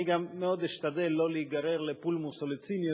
אני גם מאוד אשתדל לא להיגרר לפולמוס או לציניות,